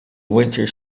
winter